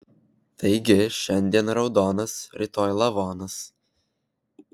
taigi šiandien raudonas rytoj lavonas